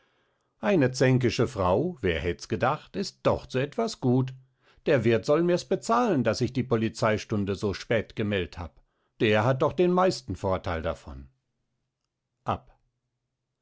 eine zänkische frau wer hätts gedacht ist doch zu etwas gut der wirth soll mirs bezahlen daß ich die policeistunde so spät gemeldt hab der hat doch den meisten vortheil davon ab